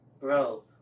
bro